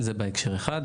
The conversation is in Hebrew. זה בהקשר אחד.